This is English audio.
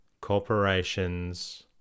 corporations